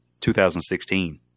2016